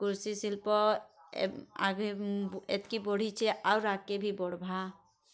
କୃଷି ଶିଳ୍ପ ଆଗେ ଏତ୍କି ବଢ଼ିଛେ ଆଉର୍ ଆଗ୍କେ ଭି ବଢ଼୍ବା